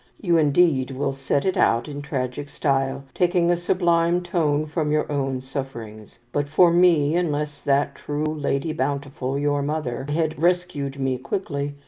you, indeed, will set it out in tragic style, taking a sublime tone from your own sufferings but for me, unless that true lady bountiful, your mother, had rescued me quickly,